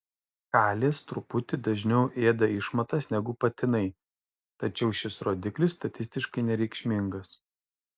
kalės truputį dažniau ėda išmatas negu patinai tačiau šis rodiklis statistiškai nereikšmingas